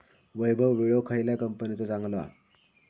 वैभव विळो खयल्या कंपनीचो चांगलो हा?